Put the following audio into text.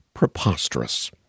preposterous